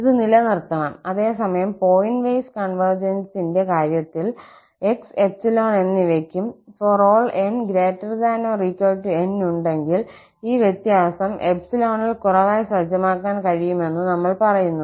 ഇത് നിലനിർത്തണം അതേസമയം പോയിന്റ് വൈസ് കോൺവെർജന്സിന്റെ കാര്യത്തിൽ ഓരോ 𝑥 𝜖 എന്നിവയ്ക്കും ∀ 𝑛 ≥ 𝑁 ഉണ്ടെങ്കിൽ ഈ വ്യത്യാസം 𝜖 ൽ കുറവായി സജ്ജമാക്കാൻ കഴിയുമെന്ന് നമ്മൾ പറയുന്നു